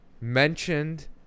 mentioned